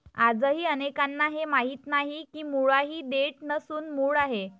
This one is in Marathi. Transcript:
आजही अनेकांना हे माहीत नाही की मुळा ही देठ नसून मूळ आहे